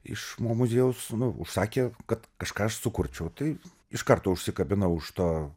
iš mo muziejaus užsakė kad kažką aš sukurčiau tai iš karto užsikabino už to